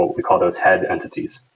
we call those head entities.